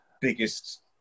biggest